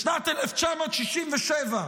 בשנת 1967,